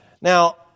Now